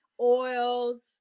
oils